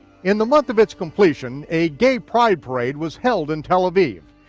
in the month of its completion, a gay pride parade was held in tel aviv,